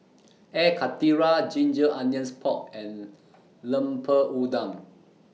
Air Karthira Ginger Onions Pork and Lemper Udang